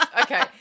okay